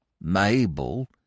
mabel